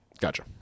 Gotcha